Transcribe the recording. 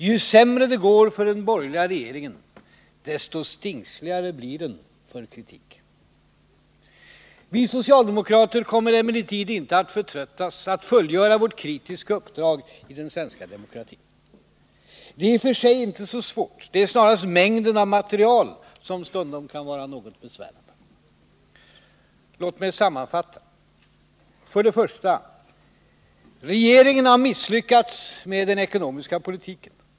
Ju sämre det går för den borgerliga regeringen, desto stingsligare blir denna för kritik. Vi socialdemokrater kommer emellertid inte att förtröttas när det gäller att fullgöra vårt kritiska uppdrag i den svenska demokratin. Det är i och för sig inte så svårt, utan det är snarare mängden av material som stundom kan vara något besvärande. Låt mig sammanfatta: För det första: Regeringen har misslyckats med den ekonomiska politiken.